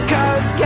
Cause